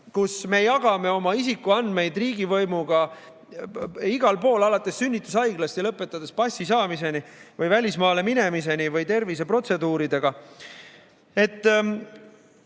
kus me jagame oma isikuandmeid riigivõimuga igal pool, alates sünnitushaiglast ja lõpetades passi saamisega või välismaale minemisega või terviseprotseduuridega.